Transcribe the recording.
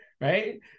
right